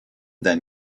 then